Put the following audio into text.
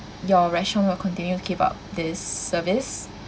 your restaurant will continue keep up this service